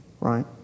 Right